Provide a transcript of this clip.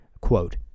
Quote